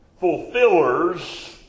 fulfillers